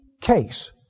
case